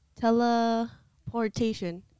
Teleportation